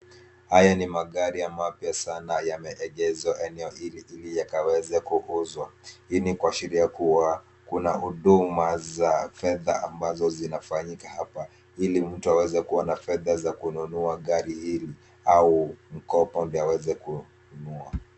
Haya ni magari mapya sana yameegezwa eneo hili ili yakaweze kuuzwa, hii ni kuashiria kuwa kuna huduma za fedha ambazo zinafanyika hapa ili mtu aweze kuwa na fedha za kununua gari hili au mkopo ndio aweze kununua.